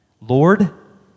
Lord